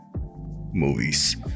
Movies